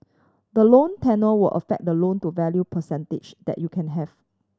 the loan tenure will affect the loan to value percentage that you can have